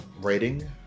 rating